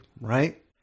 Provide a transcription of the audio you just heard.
right